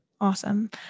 Awesome